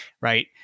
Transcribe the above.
right